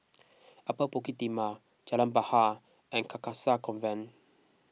Upper Bukit Timah Jalan Bahar and Carcasa Convent